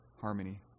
harmony